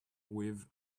with